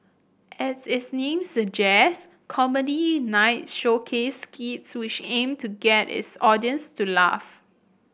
as its name suggest Comedy Night showcased skits which aimed to get its audience to laugh